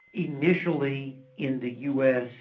initially in the us,